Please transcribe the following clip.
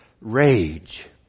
rage